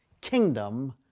kingdom